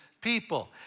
people